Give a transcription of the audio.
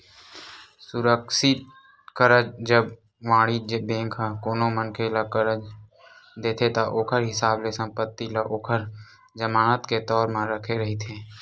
सुरक्छित करज, जब वाणिज्य बेंक ह कोनो मनखे ल करज देथे ता ओखर हिसाब ले संपत्ति ल ओखर जमानत के तौर म रखे रहिथे